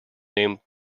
named